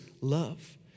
love